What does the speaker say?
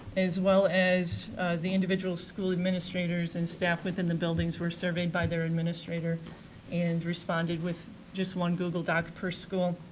as well as the individual school administrators and staff within the buildings were surveyed by their administrator and responded with just one google doc per school.